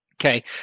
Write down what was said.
Okay